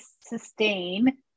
sustain